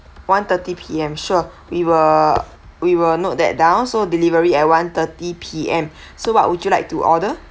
one thirty P_M sure we will we will note that down so delivery at one thirty P_M so what would you like to order